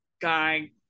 guy